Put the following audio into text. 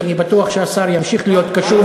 ואני בטוח שהשר ימשיך להיות קשוב.